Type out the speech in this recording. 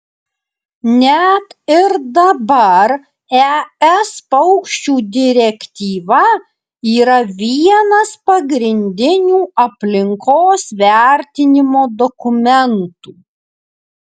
net ir dabar es paukščių direktyva yra vienas pagrindinių aplinkos vertinimo dokumentų